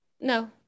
No